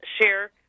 share